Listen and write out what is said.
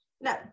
no